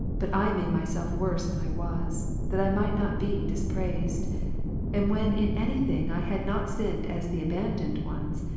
but i made myself worse than i was, that i might not be dispraised and when in any thing i had not sinned as the abandoned ones,